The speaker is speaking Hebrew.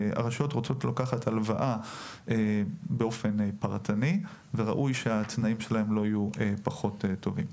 רוצות לקחת הלוואה באופן פרטני וראוי שהתנאים שלהן לא יהיו פחות טובים.